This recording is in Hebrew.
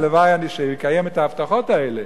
הלוואי שיקיים את ההבטחות האלה.